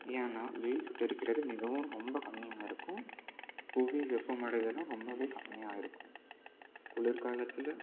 ஏன்னா வெயில் சுட்டெரிக்கிறது மிகவும் ரொம்ப கம்மியாக இருக்கும் புவி வெப்பமடைதலாம் ரொம்ப கம்மியாக இருக்கும் குளிர்காலத்தில்